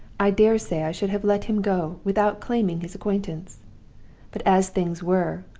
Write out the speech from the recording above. i dare say i should have let him go without claiming his acquaintance but, as things were,